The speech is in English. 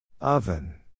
Oven